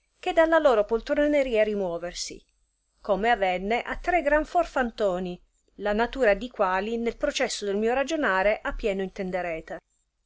che dalla loro poltroneria rimuoversi come avenne a tre gran forfantoni la natura di quali nel processo del mio ragionare a pieno